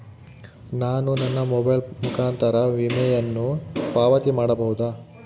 ನಾನು ನನ್ನ ಮೊಬೈಲ್ ಮುಖಾಂತರ ವಿಮೆಯನ್ನು ಪಾವತಿ ಮಾಡಬಹುದಾ?